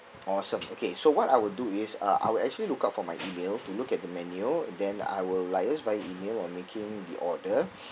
awesome okay so what I will do is uh I will actually look out for my email to look at the menu then I will liaise via email on making the order